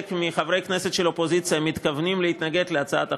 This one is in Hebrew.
מחברי הכנסת של האופוזיציה מתכוונים להתנגד להצעת החוק,